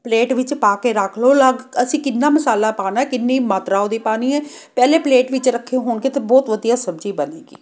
plate ਵਿੱਚ ਪਾ ਕੇ ਰੱਖ ਲਓ ਅਲੱਗ ਅਸੀਂ ਕਿੰਨਾ ਮਸਾਲਾ ਪਾਉਣਾ ਕਿੰਨੀ ਮਾਤਰਾ ਉਹਦੀ ਪਾਉਣੀ ਹੈ ਪਹਿਲੇ ਪਲੇਟ ਵਿੱਚ ਰੱਖੇ ਹੋਣਗੇ ਤਾਂ ਬਹੁਤ ਵਧੀਆ ਸਬਜ਼ੀ ਬਣੇਗੀ